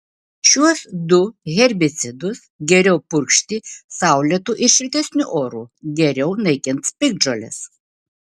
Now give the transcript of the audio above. šiuos du herbicidus geriau purkšti saulėtu ir šiltesniu oru geriau naikins piktžoles